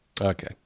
Okay